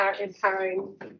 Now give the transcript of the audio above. empowering